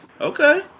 Okay